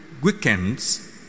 weekends